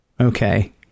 Okay